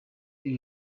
ibi